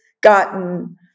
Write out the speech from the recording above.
gotten